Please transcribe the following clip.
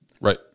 Right